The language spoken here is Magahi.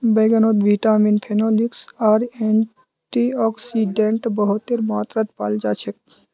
बैंगनत विटामिन, फेनोलिक्स आर एंटीऑक्सीडेंट बहुतेर मात्रात पाल जा छेक